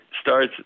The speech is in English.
starts